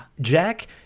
Jack